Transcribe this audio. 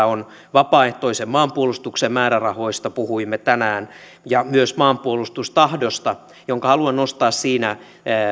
on vapaaehtoisen maanpuolustuksen määrärahoista puhuimme tänään ja myös maanpuolustustahdosta jonka haluan nostaa siinä